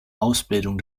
ausbildung